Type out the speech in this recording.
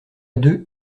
deux